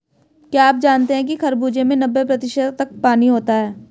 क्या आप जानते हैं कि खरबूजे में नब्बे प्रतिशत तक पानी होता है